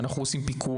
אנחנו עושים פיקוח,